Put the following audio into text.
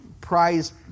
prize